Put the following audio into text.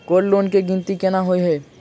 Gold loan केँ गिनती केना होइ हय?